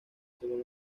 según